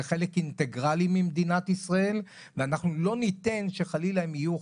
חלק אינטגרלי ממדינת ישראל ואנחנו לא ניתן שחלילה יהיו,